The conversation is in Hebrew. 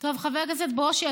חבר הכנסת ברושי,